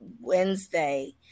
Wednesday